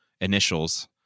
initials